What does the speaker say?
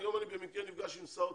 היום אני במקרה נפגש עם שר האוצר,